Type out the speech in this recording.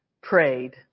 prayed